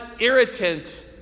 irritant